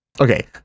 okay